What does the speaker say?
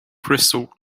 crystal